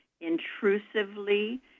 intrusively